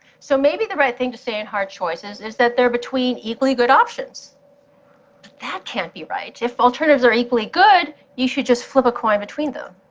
so maybe the right thing to say in hard choices is that they're between equally good options. but that can't be right. if alternatives are equally good, you should just flip a coin between them,